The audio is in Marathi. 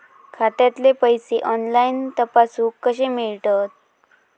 खात्यातले पैसे ऑनलाइन तपासुक कशे मेलतत?